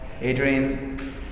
Adrian